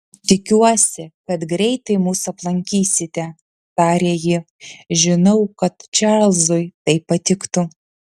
tikiuosi kad greitai mus aplankysite tarė ji žinau kad čarlzui tai patiktų